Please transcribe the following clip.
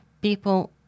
people